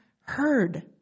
heard